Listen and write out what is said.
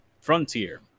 Frontier